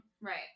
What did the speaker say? Right